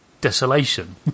desolation